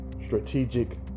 strategic